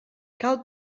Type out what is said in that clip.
cal